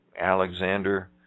Alexander